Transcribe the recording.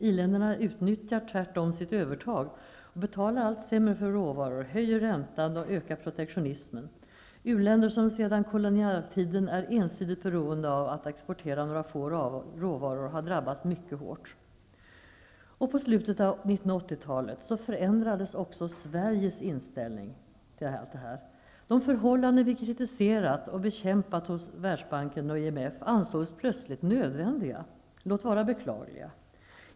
I-länderna utnyttjar tvärtom sitt övertag och betalar allt sämre för råvaror, höjer räntan och ökar protektionismen. U-länder som sedan kolonialtiden är ensidigt beroende av att exportera några få råvaror har drabbats mycket hårt. I slutet av 1980-talet förändrades också Sveriges inställning till allt detta. De förhållanden vi kritiserat och bekämpat hos Världsbanken och IMF ansågs plötsligt nödvändiga, låt vara beklagliga.